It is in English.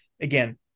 again